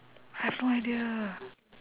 I have no idea